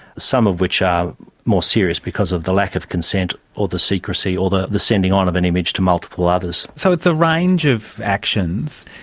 some of which are more serious because of the lack of consent or the secrecy or the the sending on of an image to multiple others. so it's a range of actions,